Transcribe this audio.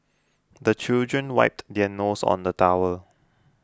the children wiped their noses on the towel